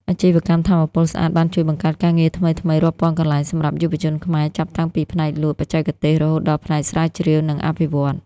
អាជីវកម្មថាមពលស្អាតបានជួយបង្កើតការងារថ្មីៗរាប់ពាន់កន្លែងសម្រាប់យុវជនខ្មែរ ចាប់តាំងពីផ្នែកលក់ បច្ចេកទេស រហូតដល់ផ្នែកស្រាវជ្រាវ និងអភិវឌ្ឍន៍។